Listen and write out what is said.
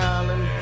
Island